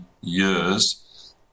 years